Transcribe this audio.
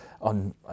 on